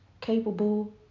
capable